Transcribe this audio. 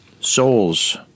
souls